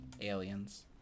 aliens